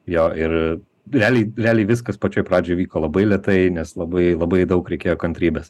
jo ir realiai realiai viskas pačioj pradžioj vyko labai lėtai nes labai labai daug reikėjo kantrybės